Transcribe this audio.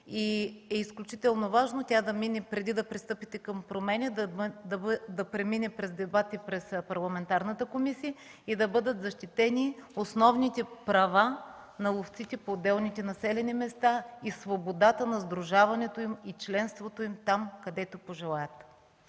Изключително важно е обаче тя да мине на такова, преди да пристъпите към промени, да мине през дебати в парламентарните комисии и да бъдат защитени основните права на ловците в отделните населени места и свободата на сдружаването и членството им там, където пожелаят.